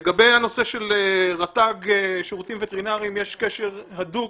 לגבי הנושא של רט"ג שירותים ווטרינריים - יש קשר הדוק